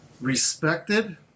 respected